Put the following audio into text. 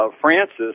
Francis